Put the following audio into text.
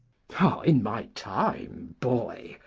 oh, in my time, boy,